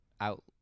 out